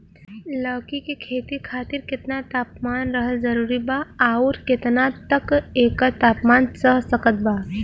लौकी के खेती खातिर केतना तापमान रहल जरूरी बा आउर केतना तक एकर तापमान सह सकत बा?